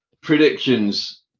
predictions